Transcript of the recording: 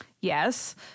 Yes